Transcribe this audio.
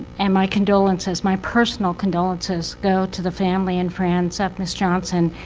and my condolences, my personal condolences, go to the family and friends of ms. johnson,